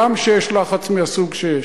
גם כשיש לחץ מהסוג שיש.